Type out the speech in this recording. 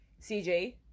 CJ